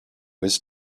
was